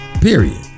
period